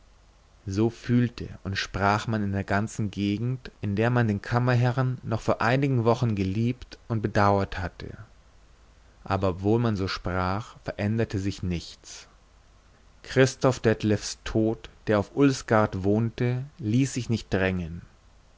so fühlte und sprach man in der ganzen gegend in der man den kammerherrn noch vor einigen wochen geliebt und bedauert hatte aber obwohl man so sprach veränderte sich nichts christoph detlevs tod der auf ulsgaard wohnte ließ sich nicht drängen